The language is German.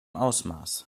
ausmaß